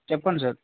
చెప్పండి సార్